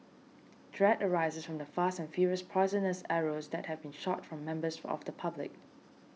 dread arises from the fast and furious poisonous arrows that have been shot from members of the public